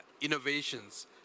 Innovations